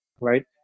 Right